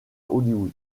hollywood